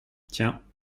tiens